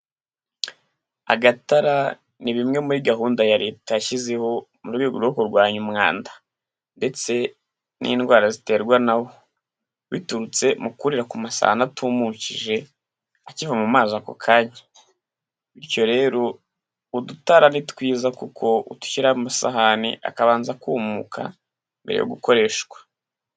Agatara ni bimwe muri gahunda ya Leta yashyizeho mu rwego rwo kurwanya umwanda ndetse n'indwara ziterwa na biturutse mu kurira ku masahane atumukije akiva mu mazi ako kanya bityo rero udutara ni twiza kuko udushyiraho amasahani akabanza akumuka mbere yo gukoreshwa.